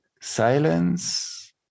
silence